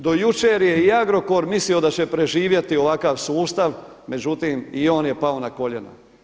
Do jučer je i Agrokor mislio da će preživjeti ovakav sustav, međutim i on je pao na koljenja.